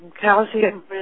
calcium